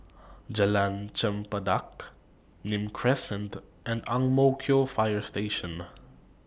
Jalan Chempedak Nim Crescent and Ang Mo Kio Fire Station